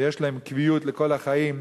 ויש להם קביעות לכל החיים,